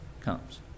comes